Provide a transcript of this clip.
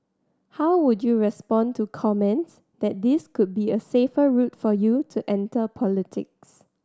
how would you respond to comments that this could be a safer route for you to enter politics